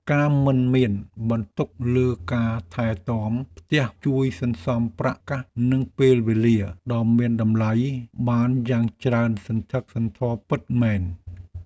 ការមិនមានបន្ទុកលើការថែទាំផ្ទះជួយសន្សំប្រាក់កាសនិងពេលវេលាដ៏មានតម្លៃបានយ៉ាងច្រើនសន្ធឹកសន្ធាប់ពិតមែន។